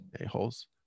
a-holes